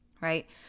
right